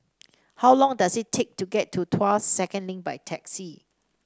how long does it take to get to Tuas Second Link by taxi